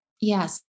Yes